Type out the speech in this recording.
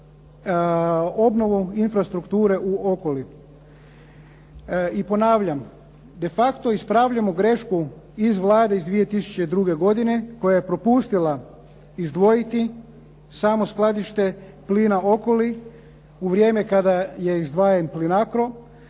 obnovu infrastrukture u Okolima. I ponavljam de facto ispravljamo grešku iz Vlade iz 2002. godine koje je propustila izdvojiti samo skladište plina Okoli u vrijeme kada je izdvajan Plinacro.